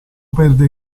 perde